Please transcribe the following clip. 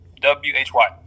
w-h-y